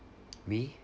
me